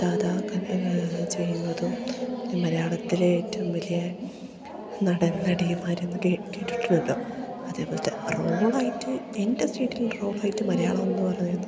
ചെയ്യുന്നതും മലയാളത്തിലെ ഏറ്റവും വലിയ നടൻ നടിമാരെന്ന് കേട്ടിട്ടുണ്ടലോ അതേപോലത്തെ റോൾ ആയിട്ട് എൻ്റെ സ്ട്രീറ്റിൽ റോൾ ആയിട്ട് മലയാളം എന്നു പറയുന്നത്